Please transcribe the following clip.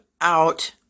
out